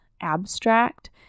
abstract